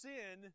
Sin